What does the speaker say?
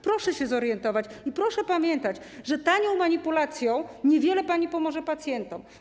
Proszę się zorientować i proszę pamiętać, że tanią manipulacją niewiele pani pomoże pacjentom.